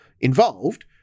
involved